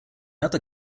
other